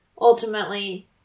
ultimately